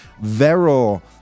Vero